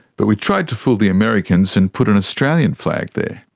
but we tried to fool the americans and put an australian flag there.